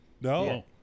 No